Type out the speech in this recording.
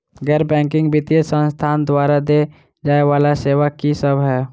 गैर बैंकिंग वित्तीय संस्थान द्वारा देय जाए वला सेवा की सब है?